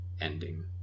ending